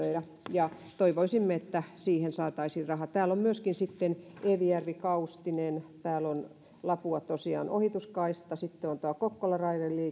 ja toivoisimme että siihen saataisiin rahaa täällä on myöskin sitten evijärvi kaustinen täällä on lapuan ohituskaista sitten on kokkolan